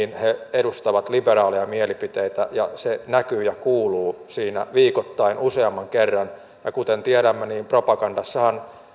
edustavat liberaaleja mielipiteitä ja se näkyy ja kuuluu siinä viikoittain useamman kerran ja kuten tiedämme propagandassahan